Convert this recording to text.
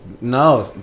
no